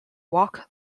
walk